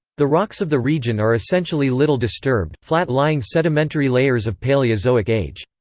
the rocks of the region are essentially little disturbed, flat-lying sedimentary layers of paleozoic age.